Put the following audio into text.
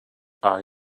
are